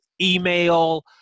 email